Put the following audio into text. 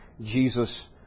Jesus